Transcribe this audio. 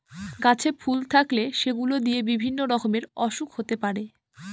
গাছে ফুল থাকলে সেগুলো দিয়ে বিভিন্ন রকমের ওসুখ হতে পারে